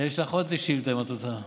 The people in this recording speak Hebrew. יש לך עוד שאילתה, אם את רוצה.